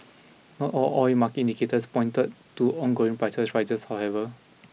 not all oil market indicators pointed to ongoing price rises however